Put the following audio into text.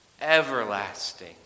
everlasting